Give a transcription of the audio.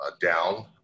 down